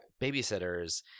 babysitters